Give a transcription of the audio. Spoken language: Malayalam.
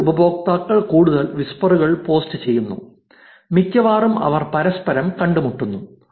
രണ്ട് ഉപയോക്താക്കൾ കൂടുതൽ വിസ്പറുകൾ പോസ്റ്റ് ചെയ്യുന്നു മിക്കവാറും അവർ പരസ്പരം കണ്ടുമുട്ടുന്നു